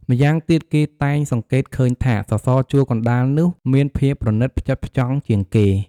ម៉្យាងទៀតគេតែងសង្កេតឃើញថា សសរជួរកណ្តាលនោះមានភាពប្រណិតផ្ចិតផ្ចង់ជាងគេ។